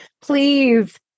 please